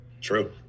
true